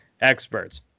experts